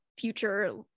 future